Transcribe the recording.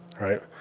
right